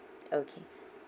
okay